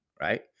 right